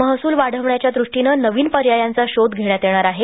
महसुल वाढविण्याच्या दूष्टीने नविन पर्यायांचा शोध घेण्यात येणार आहे